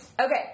Okay